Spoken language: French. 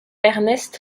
ernest